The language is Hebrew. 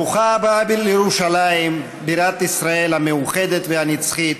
ברוכה הבאה לירושלים, בירת ישראל המאוחדת והנצחית,